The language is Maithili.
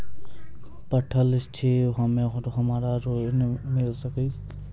पढल छी हम्मे हमरा ऋण मिल सकई?